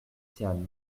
tian